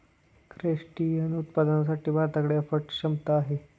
crustacean उत्पादनासाठी भारताकडे अफाट क्षमता आहे